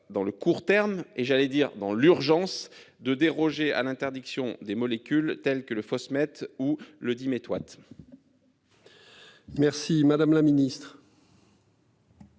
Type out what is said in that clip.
dans le court terme et j'allais dire dans l'urgence de déroger à l'interdiction des molécules telles que le Faust mettent où le diméthoate. Merci, madame la Ministre.